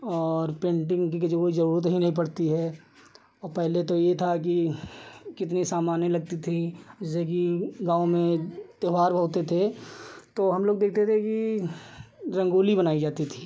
और प्रिन्टिन्ग की कोई ज़रूरत ही नहीं पड़ती है और पहले तो यह था कि कितना सामान लगता था जैसे कि गाँव में त्योहार होते थे तो हमलोग देखते थे कि रंगोली बनाई जाती थी